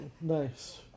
Nice